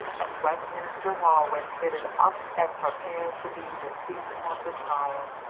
and westminster hall was fitted up and prepared to be the scene of the trial.